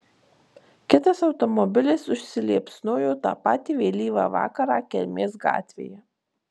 kitas automobilis užsiliepsnojo tą patį vėlyvą vakarą kelmės gatvėje